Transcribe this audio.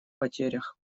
потерях